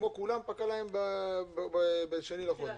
כולם זה פקע להם ב-2 ביוני.